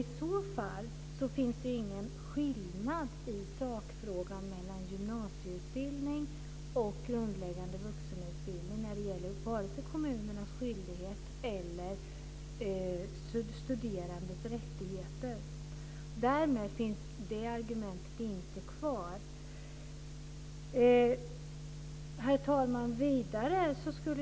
I så fall finns det ingen skillnad i sak mellan gymnasieutbildning och grundläggande vuxenutbildning, vare sig det gäller kommunernas skyldighet eller studerandes rättigheter. Därmed finns det argumentet inte kvar. Herr talman!